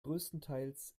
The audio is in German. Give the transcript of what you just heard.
größtenteils